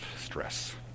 stress